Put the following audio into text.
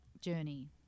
journey